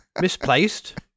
Misplaced